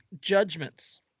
judgments